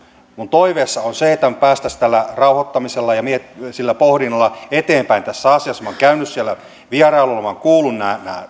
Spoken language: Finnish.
minun toiveissani on se että me pääsisimme tällä rauhoittamisella ja sillä pohdinnalla eteenpäin tässä asiassa minä olen käynyt siellä vierailulla olen kuullut nämä